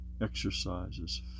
exercises